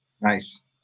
Nice